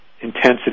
intensity